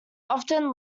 often